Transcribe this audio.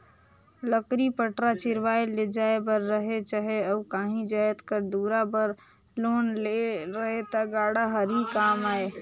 लकरी पटरा चिरवाए ले जाए बर रहें चहे अउ काही जाएत घर दुरा बर लाने ले रहे ता गाड़ा हर ही काम आए